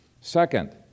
Second